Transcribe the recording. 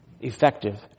effective